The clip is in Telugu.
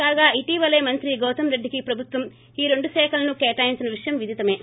కాగా ఇటీవలే మంత్రి గౌతమ్రెడ్డికి ప్రభుత్వం ఈ రెండు శాఖలను కేటాయించిన విషయం విధితమే